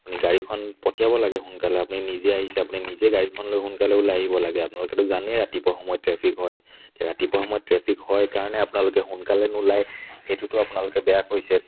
গাড়ীখন পঠিয়াব লাগে সোনকালে আপুনি নিজে আহিছে আপুনি নিজে গাড়ীখন লৈ সোনকালে ওলাই আহিব লাগে আপোনালোকেতো জানেই ৰাতিপুৱা সময়ত ট্ৰেফিক ৰাতিপুৱা সময়ত ট্ৰেফিক হয় কাৰণে আপোনালোকে সোনকালে নোলায় সেইটোতো আপোনালোকে বেয়া কৰিছে